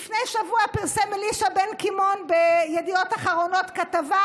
לפני שבוע פרסם אלישע בן קימון בידיעות אחרונות כתבה